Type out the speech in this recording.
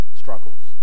struggles